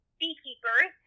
beekeepers